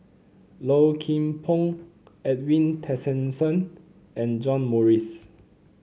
Low Kim Pong Edwin Tessensohn and John Morrice